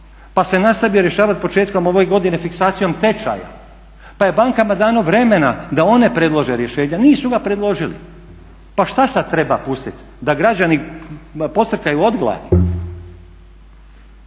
pa se nastavio rješavati početkom ove godine fiksacijom tečaja, pa je bankama dano vremena da one predlože rješenja, nisu ga predložili. Pa šta sad treba pustit, da građani pocrkaju od gladi?